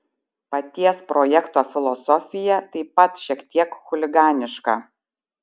paties projekto filosofija taip pat šiek tiek chuliganiška